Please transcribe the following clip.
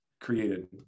created